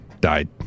died